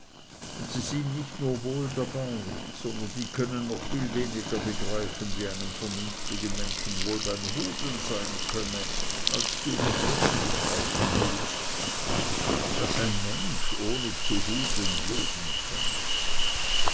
und sie sind nicht nur wohl dabei sondern die können noch viel weniger begreifen wie einem vernünftigen menschen wohl beim hudeln sein könne als du mich jetzt begreifen willst daß ein mensch ohne zu hudeln leben könne